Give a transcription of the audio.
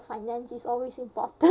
finance is always important